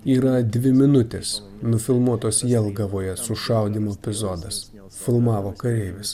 yra dvi minutės nufilmuotos jelgavoje sušaudymo epizodas filmavo kareivis